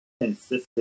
consistent